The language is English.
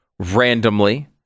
randomly